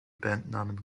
bandnamen